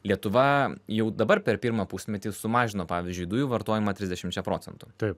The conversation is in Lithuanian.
lietuva jau dabar per pirmą pusmetį sumažino pavyzdžiui dujų vartojimą trisdešimčia procentų taip